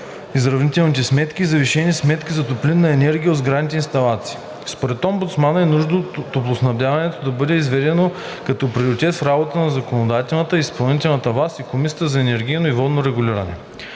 изравнителни сметки и завишени сметки за топлинна енергия от сградните инсталации. Според омбудсмана е нужно топлоснабдяването да бъде изведено като приоритет в работата на законодателната, изпълнителната власт и Комисията за енергийно и водно регулиране.